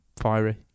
fiery